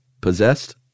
Possessed